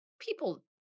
people